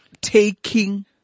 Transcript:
taking